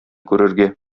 күрергә